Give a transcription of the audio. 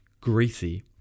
greasy